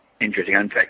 Interesting